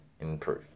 improve